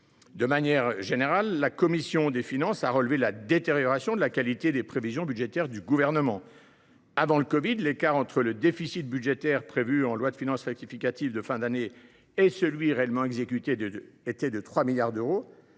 De manière générale, la commission des finances a relevé la détérioration de la qualité des prévisions budgétaires du Gouvernement. Avant le covid 19, l’écart entre le déficit budgétaire prévu par la loi de finances rectificative de fin d’année et celui qui était réellement exécuté était d’environ 3 milliards d’euros.